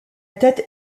tête